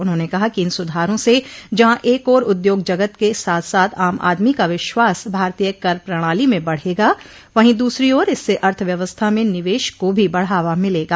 उन्होंने कहा कि इन सुधारों से जहां एक ओर उद्योग जगत क साथ साथ आम आदमी का विश्वास भारतीय कर प्रणाली में बढ़ेगा वहीं दूसरी ओर इससे अर्थव्यवस्था में निवश को भो बढ़ावा मिलेगा